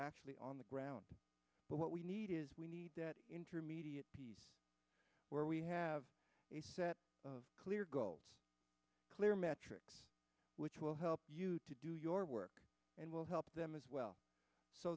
actually on the ground but what we need is we need that intermediate piece where we have a set of clear goals clear metrics which will help you to do your work and will help them as well so